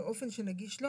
באופן שנגיש לו,